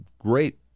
great